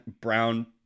brown